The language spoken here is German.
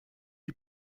die